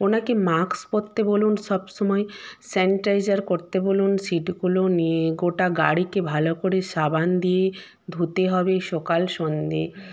ওনাকে মাস্ক পরতে বলুন সব সময় স্যানিটাইজার করতে বলুন সিটগুলোও নিয়ে গোটা গাড়িকে ভালো করে সাবান দিয়ে ধুতে হবে সকাল সন্ধে